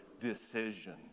decision